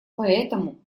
поэтому